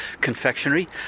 confectionery